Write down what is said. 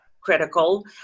critical